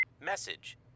Message